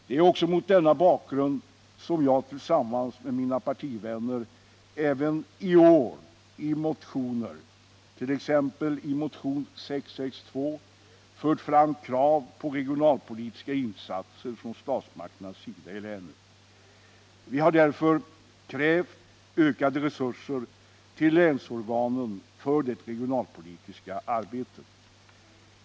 Det är mot denna bakgrund som jag tillsammans med mina partivänner även i år i motioner —t.ex. motionen 662 — fört fram krav på regionalpolitiska insatser från statsmakternas sida i länet. Vi har därför krävt ökade resurser till länsorganen för det regionalpolitiska arbetet.